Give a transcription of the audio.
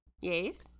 Yes